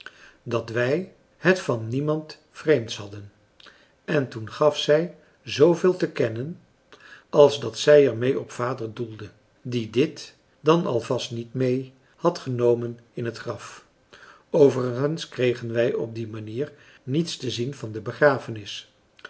dat wij het van niemand vreemds hadden en toen gaf zij zooveel te kennen als dat zij er mee op vader doelde die dit dan alvast niet mee had genomen in het graf overigens kregen wij op die manier niets te zien van de begrafenis